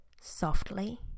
Softly